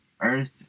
earth